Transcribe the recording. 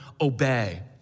obey